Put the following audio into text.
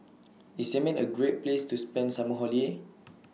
IS Yemen A Great Place to spend Summer Holiday